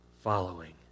following